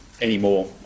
anymore